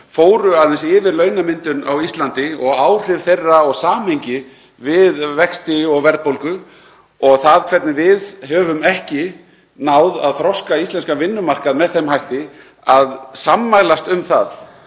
fóru aðeins yfir launamyndun á Íslandi og áhrif hennar og samhengi við vexti og verðbólgu og það hvernig við höfum ekki náð að þroska íslenskan vinnumarkað með þeim hætti að sammælast um það